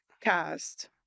Cast